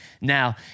now